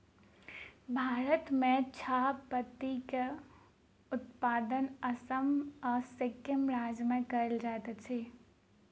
भारत में चाह पत्ती के उत्पादन असम आ सिक्किम राज्य में कयल जाइत अछि